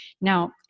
Now